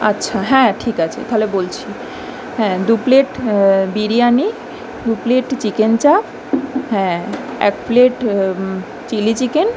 আচ্ছা হ্যাঁ ঠিক আছে তাহলে বলছি হ্যাঁ দু প্লেট বিরিয়ানি দু প্লেট চিকেন চাপ হ্যাঁ এক প্লেট চিলি চিকেন